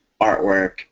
artwork